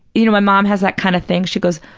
you know, my mom has that kind of thing, she goes,